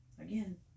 Again